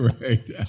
Right